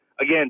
again